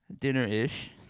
Dinner-ish